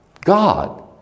God